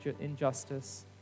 injustice